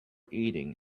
eating